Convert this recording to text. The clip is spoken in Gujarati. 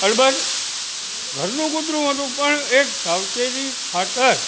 અલબત ઘરનું કૂતરું હતું પણ એ સાવચેતી ખાતર